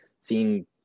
seeing